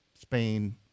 Spain